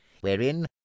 wherein